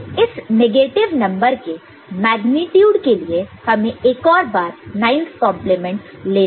तो इस negative number के मेग्नीट्यूड के लिए हमें एक और बार 9's कॉन्प्लीमेंट 9's complement लेना होगा